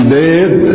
dead